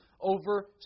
over